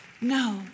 No